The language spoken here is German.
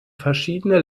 verschiedene